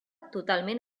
totalment